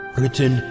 written